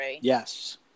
Yes